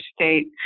state